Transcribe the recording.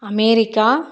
America